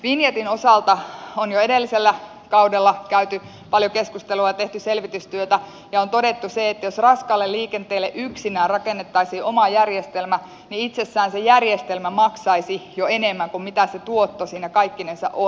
vinjetin osalta on jo edellisellä kaudella käyty paljon keskustelua ja tehty selvitystyötä ja todettu se että jos raskaalle liikenteelle yksinään rakennettaisiin oma järjestelmä niin itsessään se järjestelmä maksaisi jo enemmän kuin se tuotto siinä kaikkinensa on